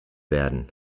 werden